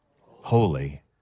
Holy